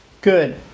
Good